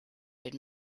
been